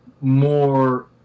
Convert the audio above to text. more